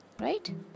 right